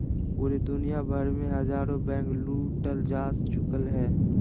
पूरे दुनिया भर मे हजारो बैंके लूटल जा चुकलय हें